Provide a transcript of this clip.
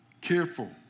careful